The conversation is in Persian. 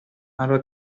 مرا